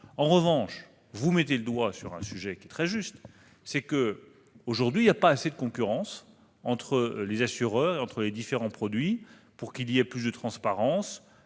En revanche, vous mettez le doigt sur un sujet très juste : aujourd'hui, il n'y a pas assez de concurrence entre les assureurs et entre les différents produits pour permettre plus de transparence,